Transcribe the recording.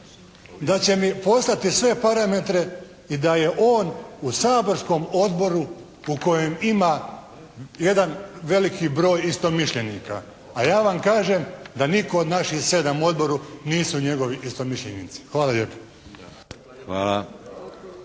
da će mi poslati sve parametre i da je on u saborskom odboru u kojem ima jedan veliki broj istomišljenika. A ja vam kažem da nitko od nas 7 u odboru nisu njegovi istomišljenici. Hvala lijepo.